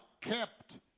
kept